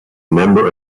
member